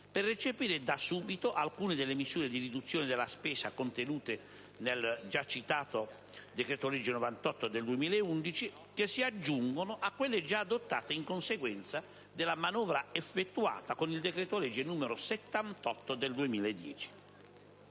per recepire da subito alcune delle misure di riduzione della spesa contenute nel decreto-legge n. 98 del 2011, che si aggiungono a quelle già adottate in conseguenza della manovra effettuata con il decreto-legge n. 78 del 2010.